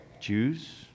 Jews